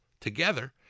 together